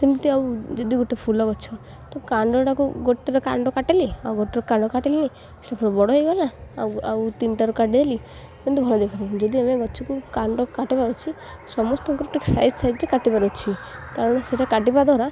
ସେମିତି ଆଉ ଯଦି ଗୋଟେ ଫୁଲ ଗଛ ତ କାଣ୍ଡଟାକୁ ଗୋଟରେ କାଣ୍ଡ କାଟିଲି ଆଉ ଗୋଟର କାଣ୍ଡ କାଟିଲିନି ସେ ବଡ଼ ହେଇଗଲା ଆଉ ଆଉ ତିନିଟାରୁ କାଟିଦେଲି କିନ୍ତିତି ଭଲ ଦେଖ ଯଦି ଆମେ ଗଛକୁ କାଣ୍ଡ କାଟିବାର ଅଛି ସମସ୍ତଙ୍କର ଟିକେ ସାଇଜ୍ ସାଇଜ୍ରେ କାଟିବାର ଅଛି କାରଣ ସେଇଟା କାଟିବା ଦ୍ୱାରା